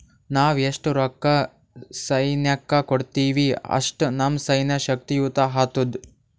ನಾವ್ ಎಸ್ಟ್ ರೊಕ್ಕಾ ಸೈನ್ಯಕ್ಕ ಕೊಡ್ತೀವಿ, ಅಷ್ಟ ನಮ್ ಸೈನ್ಯ ಶಕ್ತಿಯುತ ಆತ್ತುದ್